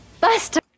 Buster